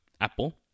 Apple